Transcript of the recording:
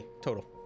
total